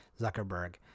Zuckerberg